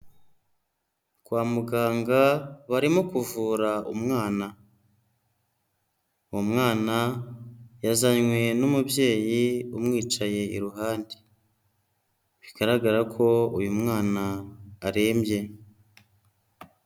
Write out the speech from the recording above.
Kwa muganga barimo kuvura umwana. Umwana yazanywe n'umubyeyi umwicaye iruhande. Bigaragara ko uyu mwana arembye.